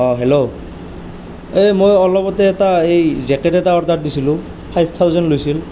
অ hello এই মই অলপতে এটা এই জেকেট এটা অৰ্ডাৰ দিছিলোঁ ফাইভ থাউজেণ্ড লৈছিল